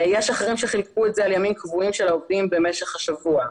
יש אחרים שחילקו את זה לימים קבועים של העובדים במשך השבוע.